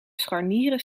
scharnieren